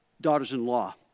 daughters-in-law